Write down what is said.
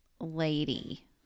lady